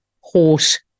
horse